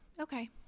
Okay